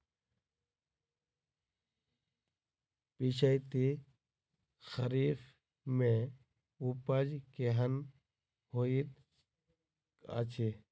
पिछैती खरीफ मे उपज केहन होइत अछि?